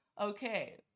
Okay